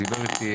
הוא דיבר איתי,